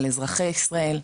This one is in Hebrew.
על אזרחי ישראל,